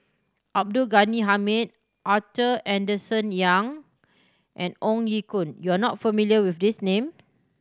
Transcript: Abdul Ghani Hamid Arthur Henderson Young and Ong Ye Kung you are not familiar with these name